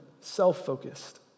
self-focused